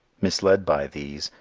misled by these,